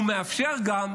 הוא מאפשר גם,